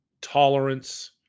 tolerance